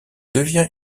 devient